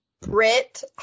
Brit